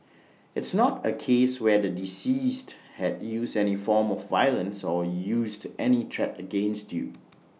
it's not A case where the deceased had used any form of violence or used any track against you